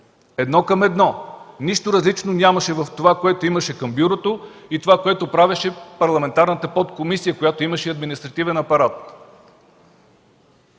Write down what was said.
едно към едно! Нищо различно нямаше в това, което имаше към бюрото и в това, което правеше парламентарната подкомисия, която имаше административен апарат.